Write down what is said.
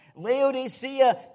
Laodicea